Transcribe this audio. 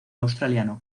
australiano